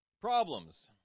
Problems